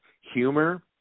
humor